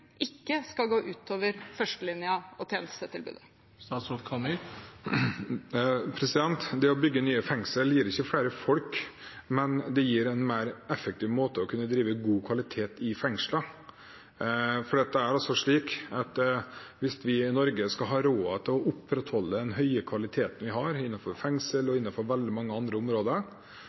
ikke skal gå ut over førstelinjen og tjenestetilbudet? Det å bygge nye fengsler gir ikke flere folk, men det gir en mer effektiv måte for å kunne drive med god kvalitet i fengslene. Hvis vi i Norge skal ha råd til å opprettholde den høye kvaliteten vi har i fengslene og innenfor veldig mange andre områder,